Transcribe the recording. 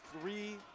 three